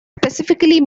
specifically